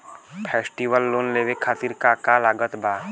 Festival loan लेवे खातिर का का लागत बा?